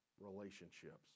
Relationships